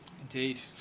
Indeed